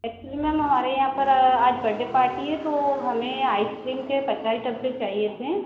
actually ma'am हमारे यहाँ पर आज बड्डे पार्टी है तो हमें आइसक्रीम के पचास डब्बे चाहिए थे